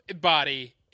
body